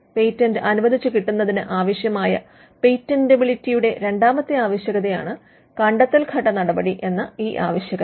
patent അനുവദിച്ചികിട്ടുന്നതിന് ആവശ്യമായ പേറ്റന്റബിലിറ്റിയുടെ രണ്ടാമത്തെ ആവശ്യകതയാണ് കണ്ടെത്തൽഘട്ട നടപടി എന്ന ഈ ആവശ്യകത